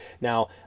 Now